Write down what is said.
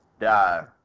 die